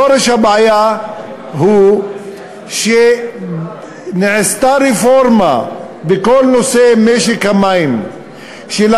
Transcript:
שורש הבעיה הוא שבכל נושא משק המים נעשתה